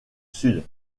sud